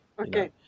Okay